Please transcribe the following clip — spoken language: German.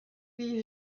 wie